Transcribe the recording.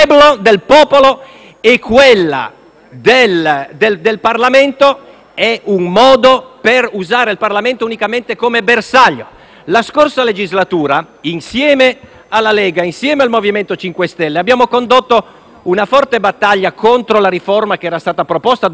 e quella del Parlamento, è un modo per usare il Parlamento unicamente come bersaglio. La scorsa legislatura, insieme alla Lega e al MoVimento 5 Stelle, abbiamo condotto una forte battaglia contro la riforma che era stata proposta dall'allora maggioranza.